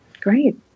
Great